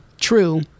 true